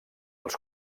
els